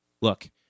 Look